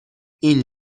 این